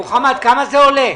לא יודעים כמה זה עולה.